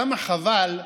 כמה חבל,